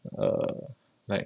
err like